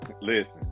listen